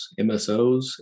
MSOs